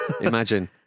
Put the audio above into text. Imagine